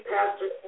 Pastor